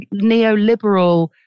neoliberal